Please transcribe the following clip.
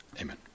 Amen